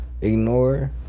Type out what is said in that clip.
ignore